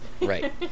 Right